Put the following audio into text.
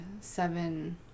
seven